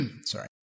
sorry